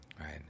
Right